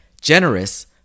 generous